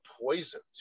poisons